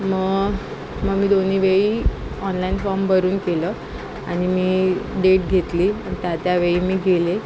मग मी दोन्ही वेळी ऑनलाईन फॉर्म भरून केलं आणि मी डेट घेतली त्या त्यावेळी मी गेले